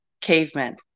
cavemen